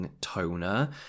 toner